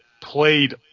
played